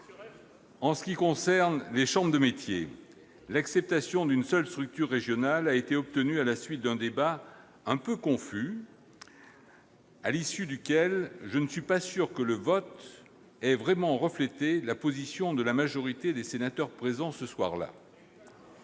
En ce qui concerne les chambres de métiers et de l'artisanat, l'acceptation d'une seule structure régionale a été obtenue à la suite d'un débat quelque peu confus, et je ne suis pas certain que le vote ait vraiment reflété la position de la majorité des sénateurs présents ce soir-là.